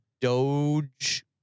Doge